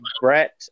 Brett